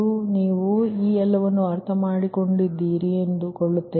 ಆದರೆ ನೀವು ಈ ಎಲ್ಲವನ್ನು ಅರ್ಥಮಾಡಿಕೊಳ್ಳುತ್ತಿದ್ದೀರಿ ಎಂದು ಅಂದುಕೊಂಡಿದ್ದೇನೆ